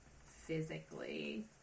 physically